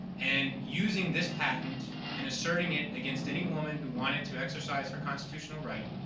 and using this patent and asserting it against any woman who wanted to exercise her constitutional right